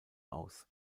aus